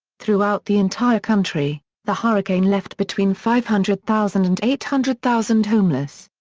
throughout the entire country, the hurricane left between five hundred thousand and eight hundred thousand homeless.